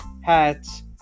hats